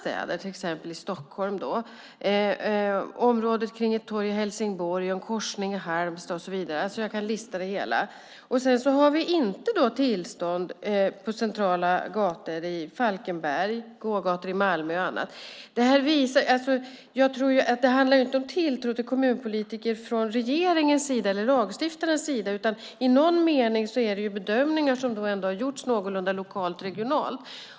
Det gäller till exempel i Stockholm, området kring ett torg i Helsingborg, en korsning i Halmstad och så vidare. Jag kan lista det hela. Sedan har vi inte tillstånd för centrala gator i Falkenberg, gågator i Malmö och annat. Det handlar inte om tilltro till kommunpolitiker från regeringens eller lagstiftarens sida. I någon mening är det bedömningar som har gjorts någorlunda lokalt och regionalt.